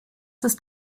ist